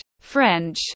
French